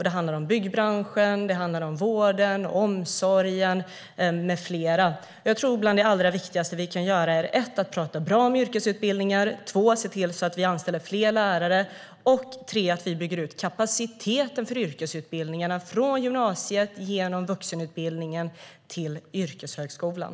Det handlar om byggbranschen, vården och omsorgen med mera. Jag tror att några av de viktigaste saker vi kan göra är att tala väl om yrkesutbildningar, att anställa fler lärare och att bygga ut kapaciteten för yrkesutbildningarna - från gymnasiet genom vuxenutbildningen till yrkeshögskolan.